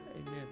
Amen